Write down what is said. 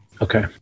Okay